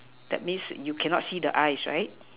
that means you cannot see the eyes right